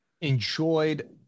enjoyed